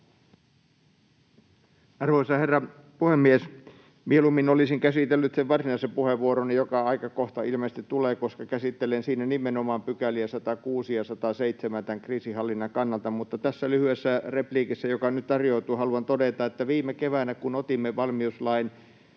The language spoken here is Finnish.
Arvoisa herra puhemies! Mieluummin olisin käsitellyt sen varsinaisen puheenvuoroni, jonka aika kohta ilmeisesti tulee, koska käsittelen siinä nimenomaan 106 ja 107 §:ää tämän kriisinhallinnan kannalta, mutta tässä lyhyessä repliikissä, joka nyt tarjoutuu, haluan todeta, että viime keväänä, kun aktivoimme valmiuslain